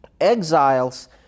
exiles